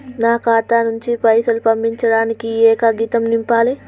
నా ఖాతా నుంచి పైసలు పంపించడానికి ఏ కాగితం నింపాలే?